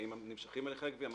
האם נמשכים הליכי הגבייה?